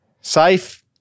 safe